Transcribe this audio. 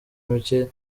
mike